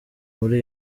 muri